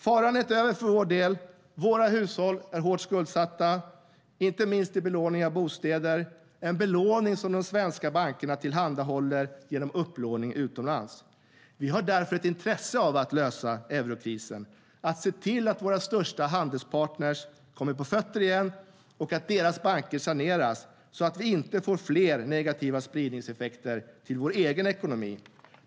Faran är inte över för vår del. Våra hushåll är hårt skuldsatta, inte minst av belåning till bostäder. Det är en belåning som de svenska bankerna tillhandahåller genom upplåning utomlands. Vi har därför ett intresse av att lösa eurokrisen och se till att våra största handelspartner kommer på fötter igen och att deras banker saneras så att vi inte får fler negativa spridningseffekter till vår egen ekonomi.